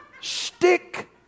Stick